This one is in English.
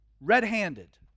red-handed